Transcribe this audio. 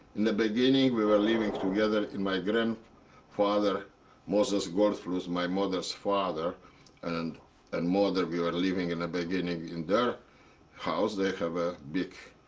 in the beginning, we were living together in my grandfather moses goldfluss, my mother's father and and mother we were living in the beginning in their house. they have a big